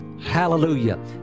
Hallelujah